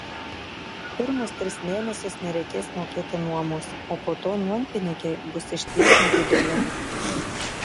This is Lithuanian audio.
pirmus tris mėnesius nereikės mokėti nuomos o po to nuompinigiai bus išties nedideli